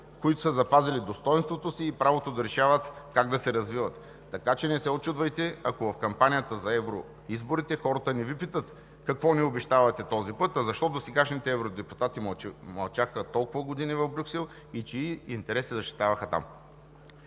които са запазили достойнството си и правото да решават как да се развиват. Така че не се учудвайте, ако в кампанията за евроизборите хората не Ви питат: какво ни обещавате този път, а защо досегашните евродепутати мълчаха толкова години в Брюксел и чии интереси защитаваха там?